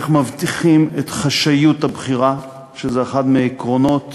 איך מבטיחים את חשאיות הבחירה, שזה אחד מעקרונות